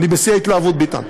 אני בשיא ההתלהבות, ביטן.